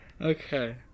Okay